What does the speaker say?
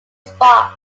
spot